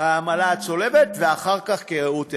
העמלה הצולבת, ואחר כך כראות עיניהן.